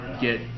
Get